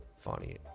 Funny